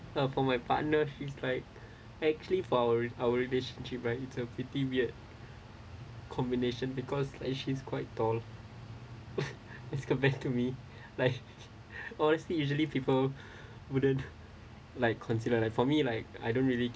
and for my partner he's like actually for our our relationship right it's a pretty weird combination because like she's quite tall as compared to me like honestly usually people wouldn't like consider like for me like I don't really